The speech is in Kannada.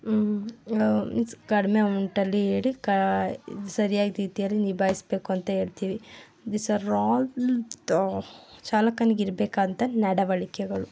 ಕಡಿಮೆ ಅಮೌಂಟಲ್ಲಿ ಹೇಳಿ ಕ ಸರಿಯಾದ ರೀತಿಯಲ್ಲಿ ನಿಭಾಯಿಸಬೇಕು ಅಂತ ಹೇಳ್ತೀವಿ ದಿಸ್ ಆರ್ ಆಲ್ ದ ಚಾಲಕನಿಗೆ ಇರಬೇಕಾದಂತಹ ನಡವಳಿಕೆಗಳು